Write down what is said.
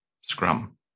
Scrum